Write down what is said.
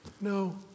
no